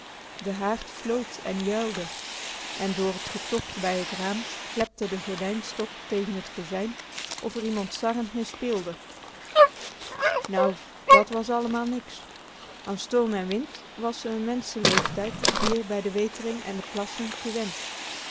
de haard floot en juilde en door t getocht bij t raam klepte de gordijnstok tegen t kozijn of r iemand sarrend mee speelde nou dat was allemaal niks an storm en wind was ze n menscheleeftijd hier bij de wetering en de plassen gewend